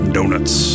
Donuts